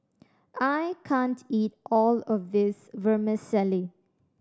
I can't eat all of this Vermicelli